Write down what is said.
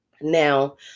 Now